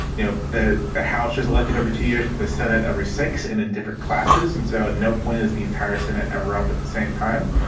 you know, the house has elected every two years for the senate, every six and in different classes. and so at no point is the entire senate ever up at the same time.